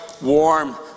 warm